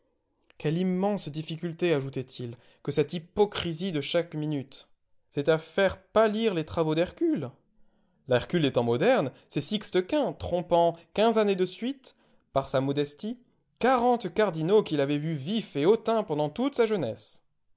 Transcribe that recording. quelle immense difficulté ajoutait-il que cette hypocrisie de chaque minute c'est à faire pâlir les travaux d'hercule l'hercule des temps modernes c'est sixte-quint trompant quinze années de suite par sa modestie quarante cardinaux qui l'avaient vu vif et hautain pendant toute sa jeunesse